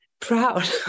proud